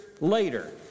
later